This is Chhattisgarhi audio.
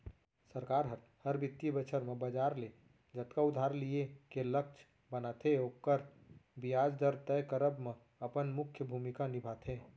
सरकार हर, हर बित्तीय बछर म बजार ले जतका उधार लिये के लक्छ बनाथे ओकर बियाज दर तय करब म अपन मुख्य भूमिका निभाथे